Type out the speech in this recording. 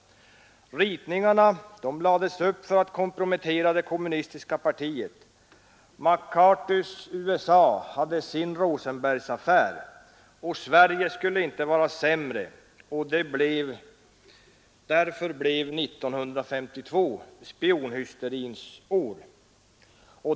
Ritningarna lades upp för att kompromettera det kommunistiska partiet. McCarthys USA hade sin Rosenbergaffär. Sverige skulle inte vara sämre och därför blev 1952 spionhysterins år.